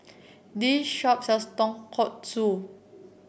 this shop sells Tonkatsu